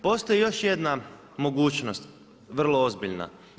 Postoji još jedna mogućnost, vrlo ozbiljna.